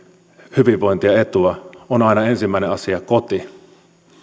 hyvinvointia ja etua aina ensimmäinen asia on koti